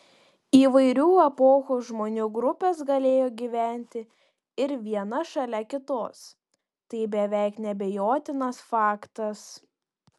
įvairių epochų žmonių grupės galėjo gyventi ir viena šalia kitos tai beveik neabejotinas faktas